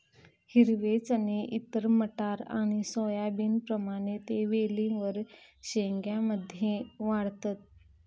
हिरवे चणे इतर मटार आणि सोयाबीनप्रमाणे ते वेलींवर शेंग्या मध्ये वाढतत